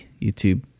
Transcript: YouTube